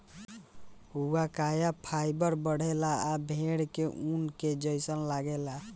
हुआकाया फाइबर बढ़ेला आ भेड़ के ऊन के जइसन लागेला